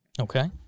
okay